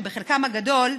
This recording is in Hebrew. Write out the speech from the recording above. שבחלקן הגדול,